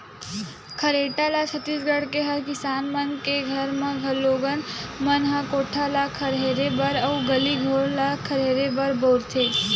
खरेटा ल छत्तीसगढ़ के हर किसान मन के घर म लोगन मन ह कोठा ल खरहेरे बर अउ गली घोर ल खरहेरे बर बउरथे